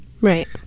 Right